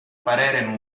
parere